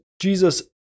Jesus